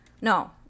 no